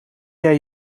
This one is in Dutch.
jij